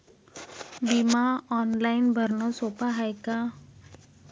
बिमा ऑनलाईन भरनं सोप हाय का?